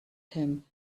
him